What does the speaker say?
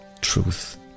truth